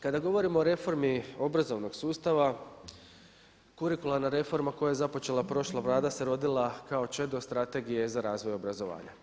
Kada govorimo o reformi obrazovnog sustava, kurikuralna reforma koja je započela prošla vlada se rodila kao čedo strategije za razvoj obrazovanja.